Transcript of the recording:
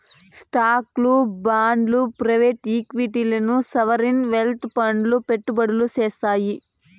స్టాక్లు, బాండ్లు ప్రైవేట్ ఈక్విటీల్ల సావరీన్ వెల్త్ ఫండ్లు పెట్టుబడులు సేత్తాయి